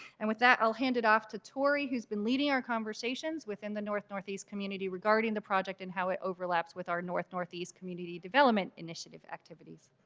and with that i'll hand it off to torii, who has been leading our conversations within the north northeast community regarding the project and how it overlaps with our north northeast community development initiative activity.